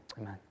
Amen